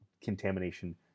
contamination